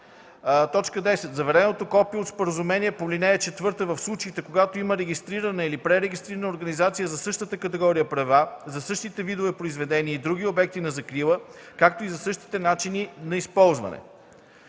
така: „10. заверено копие от споразумение по ал. 4 в случаите, когато има регистрирана или пререгистрирана организация за същата категория права, за същите видове произведения и други обекти на закрила, както и за същите начини на използване;”